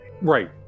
Right